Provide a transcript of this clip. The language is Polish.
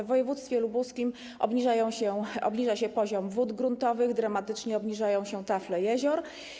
W województwie lubuskim obniża się poziom wód gruntowych, dramatycznie obniżają się tafle jezior.